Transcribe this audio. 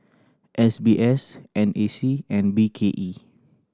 S B S N A C and B K E